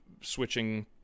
switching